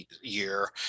Year